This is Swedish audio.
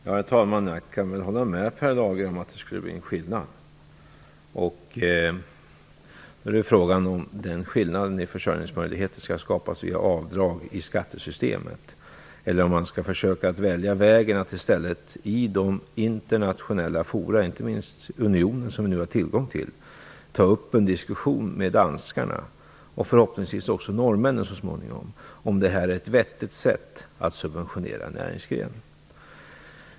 Herr talman! Jag kan hålla med Per Lager om att det skulle bli en skillnad. Frågan är om den skillnaden i försörjningsmöjligheter skall skapas via avdrag i skattesystemet eller om man skall försöka att välja vägen att i stället i internationella fora, inte minst unionen som vi nu har tillgång till, ta upp en diskussion med danskarna - förhoppningsvis så småningom också med norrmännen - om det här är ett vettigt sätt att subventionera en näringsgren.